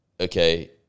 okay